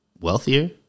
wealthier